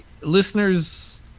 listeners